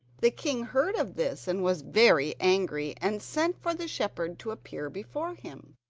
the king heard of this and was very angry, and sent for the shepherd to appear before him.